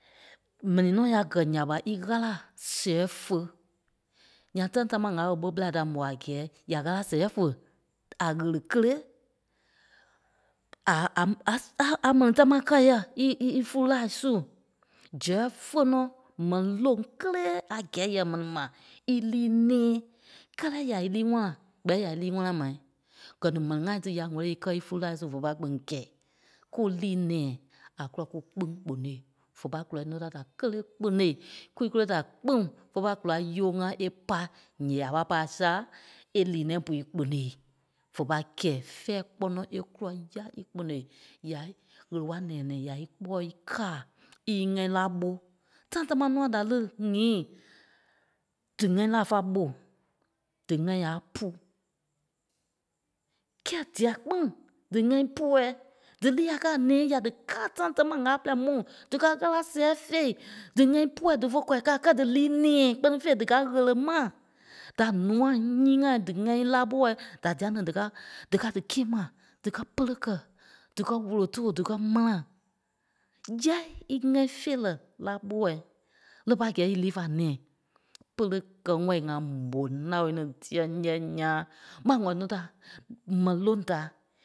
M̀ɛnii nɔ́ ya gɛ̀i ǹya ɓa í ɣâla sɛɣɛi fé. Ǹyaŋ tãi támaa ŋ̀âla woo ɓó ɓerai da mo a gɛ́ɛ ya ɣâla sɛɣɛi fe a ɣele kélee, a- a- a- a- a- mɛni támaa kɛ́ yɛ̂ í- í- í- ífulu laai su. Zɛɣɛ̂i fé nɔ́ m̀ɛni loŋ kélee a gɛ̂i yɛ m̀ɛni ma í lii nɛ̃ɛ. Kɛ́lɛ ya í líi ŋwana, gbɛ̂ɛ ɓé ya í líi ŋwanai mai? Gɛ̀ ní m̀ɛni ŋai tí ya ŋ̀wɛ̂lii é kɛ́ ífulu laai su vé pâi kpîŋ kɛ̂i. Kú lii nɛ̃ɛi a kûla kú kpîŋ kponôi, vé pâi kûlai núu da da kélee kponôi. Kwíi kole da kpîŋ fé pâi kûlai yúo ŋá é pá ǹyɛɛ a pâi pâi sâa é lii nɛ̃ɛ pú í kponôi vé pâi kɛ̂i. Fɛ̂ɛ kpɔ́nɔ é kúla ya í kponôi, yâ í- ɣele wala nɛ̃ɛ nɛ̃ɛ yâ í kpɔ́ɔi kàa, í í ŋɛ́i lá ɓó. Tãi támaa nûa da lí nyiî, dí ŋɛ́i lá fa ɓo, dí ŋɛ́i aâ pù. Kɛ́ɛ dîa kpîŋ dí ŋɛi puɔi, dí líi a kɛ́ a nɛ̃ɛ ya díkaa a tãi támaa ŋ̀âla pɛrɛi mu díkaa ɣâla sɛɣɛi fei. Dí ŋɛ́i pùɔi dífe kwaa kâai kɛ́ dí líi nɛ̃ɛ, kpɛ́ni fêi, díkaa ɣele ma da nûai nyíi ŋai dí ŋɛ́i lá ɓóɔɔi da dîa ni díkaa- díkaa dí kîe ma díkɛ pêle kɛ díkɛ wulo too díkɛ mãla. Yái í ŋɛ́i vèerɛ lá ɓóɔɔi, lɛ́ ɓé pâi gɛ̂i í líi fa nɛ̃ɛi, pêle kɛ́ ŋɔ̂i ŋa mò naoi ní dîa nyɛɛ ńyãa ḿva ŋ̀wɛli núu da mɛni loŋ da.